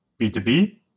B2B